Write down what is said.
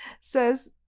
says